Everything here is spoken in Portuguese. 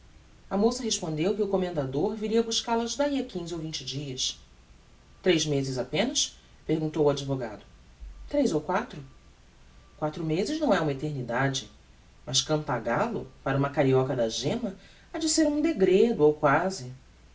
a moça respondeu que o commendador viria buscal as dahi a quinze ou vinte dias tres mezes apenas perguntou o advogado tres ou quatro quatro mezes não é a eternidade mas cantagallo para uma carioca da gemma hade ser um degredo ou quasí